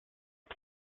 the